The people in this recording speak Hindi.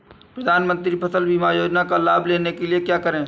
प्रधानमंत्री फसल बीमा योजना का लाभ लेने के लिए क्या करें?